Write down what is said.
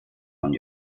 von